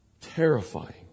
terrifying